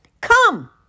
come